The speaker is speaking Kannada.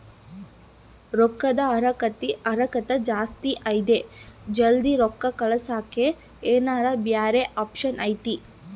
ರೊಕ್ಕದ ಹರಕತ್ತ ಜಾಸ್ತಿ ಇದೆ ಜಲ್ದಿ ರೊಕ್ಕ ಕಳಸಕ್ಕೆ ಏನಾರ ಬ್ಯಾರೆ ಆಪ್ಷನ್ ಐತಿ?